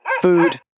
Food